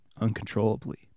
uncontrollably